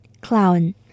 Clown